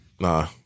nah